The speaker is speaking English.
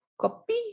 copy